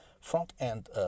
front-end